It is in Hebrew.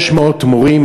500 מורים,